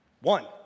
One